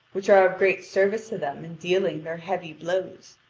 which are of great service to them in dealing their heavy blows.